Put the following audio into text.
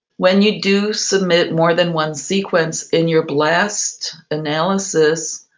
when you do submit more than one sequence in your blast analysis,